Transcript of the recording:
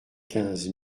quinze